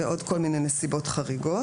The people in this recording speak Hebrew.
ועוד כל מיני נסיבות חריגות.